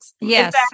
Yes